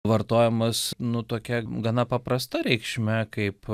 vartojamas nutuokia gana paprasta reikšme kaip